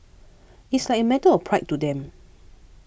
it's like a matter of pride to them